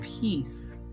peace